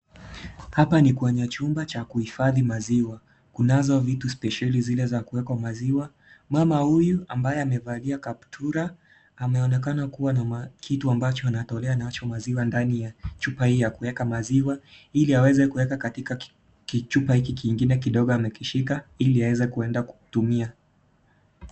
Hapa ni kwenye chumba cha kuhifadhi maziwa. Kunazo vitu spesheli zile za kuweka maziwa. Mama huyu ambaye amevalia kaptura ameonakana kuwa na kitu ambacho anatolea nacho maziwa ndani ya chupa hii ya kueka maziwa ili aweze kuweka katika kichupa hiki kingine kidogo amekishika ili aweze kuenda kutumia.